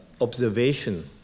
observation